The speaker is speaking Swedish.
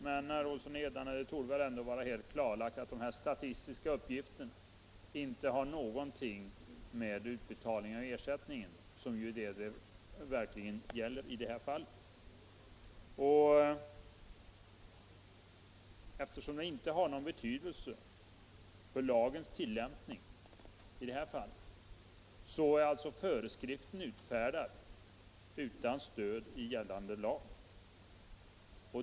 Men, herr Olsson, det torde väl ändå vara helt klart att de här statistiska uppgifterna inte har någonting att göra med utbetalningen av ersättningen, och det är ju detta det verkligen gäller i det här fallet. Eftersom uppgifterna inte har någon betydelse för lagens tillämpning, är alltså föreskriften utfärdad utan stöd i gällande lag.